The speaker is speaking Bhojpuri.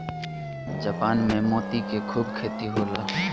जापान में मोती के खूब खेती होला